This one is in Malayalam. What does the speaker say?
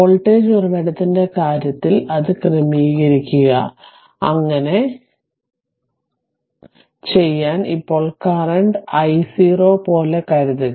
വോൾട്ടേജ് ഉറവിടത്തിന്റെ കാര്യത്തിൽ അത് ക്രമീകരിക്കുക അങ്ങനെ ചെയ്യാൻ ഇപ്പോൾ കറന്റ് i0 പോലെ കരുതുക